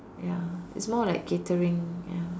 ya it's more of like catering ya